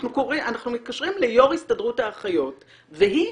אנחנו מתקשרים ליו"ר הסתדרות האחיות והיא